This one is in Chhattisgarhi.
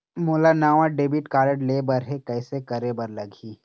मोला नावा डेबिट कारड लेबर हे, कइसे करे बर लगही?